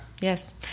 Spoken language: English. yes